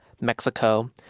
Mexico